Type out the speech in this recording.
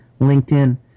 LinkedIn